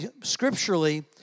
scripturally